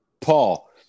Paul